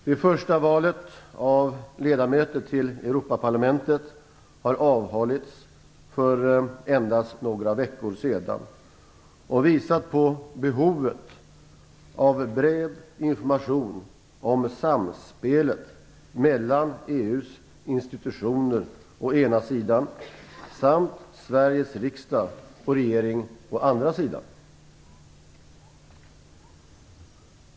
Det första valet av ledamöter till Europaparlamentet har avhållits för endast några veckor sedan och visat på behovet av bred information om samspelet mellan EU:s institutioner å ena sidan samt Sveriges riksdag och regering å den andra.